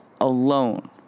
alone